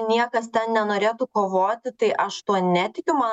niekas nenorėtų kovoti tai aš tuo netikiu man